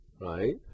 right